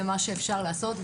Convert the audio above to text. בהתאם למה שאפשר לעשות,